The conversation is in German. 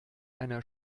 einer